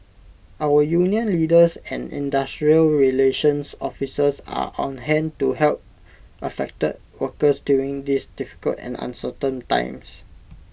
our union leaders and industrial relations officers are on hand to help affected workers during these difficult and uncertain times